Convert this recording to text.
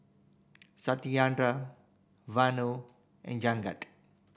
Satyendra Vanu and Jagat